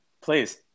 Please